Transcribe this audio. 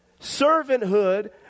servanthood